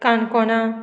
काणकोणा